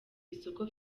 isoko